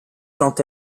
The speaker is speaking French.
quand